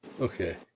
Okay